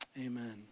amen